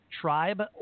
tribe